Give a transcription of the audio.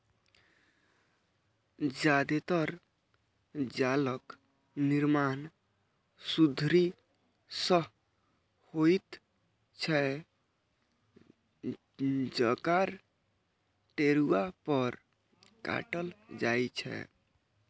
जादेतर जालक निर्माण सुतरी सं होइत छै, जकरा टेरुआ पर काटल जाइ छै